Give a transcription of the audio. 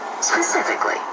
Specifically